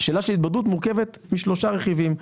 השאלה של ההתבדרות מורכבת משלושה רכיבים,